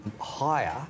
higher